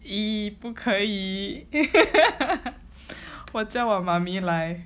!ee! 不可以 我叫我 mummy 来